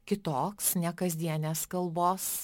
kitoks ne kasdienės kalbos